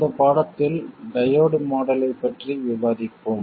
இந்த பாடத்தில் diode model ஐப் பற்றி விவாதிப்போம்